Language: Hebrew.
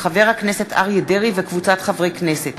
מאת חבר הכנסת אריה דרעי וקבוצת חברי הכנסת,